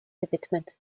gewidmet